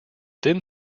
thin